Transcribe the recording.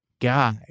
guy